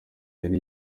yari